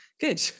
good